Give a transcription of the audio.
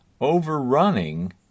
overrunning